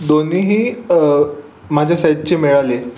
दोन्हीही माझ्या सायजचे मिळाले